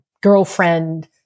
girlfriend